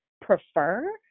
prefer